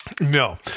No